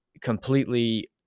completely